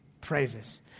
praises